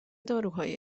داروهایی